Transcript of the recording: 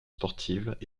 sportives